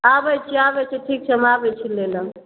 आबै छी आबै छी ठीक छै हम आबै छी लैलए